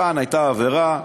כאן הייתה עבירה.